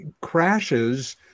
crashes